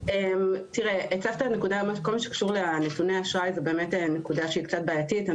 כל מה שקשור לנתוני אשראי זה בעצם נקודה שהיא קצת בעייתית.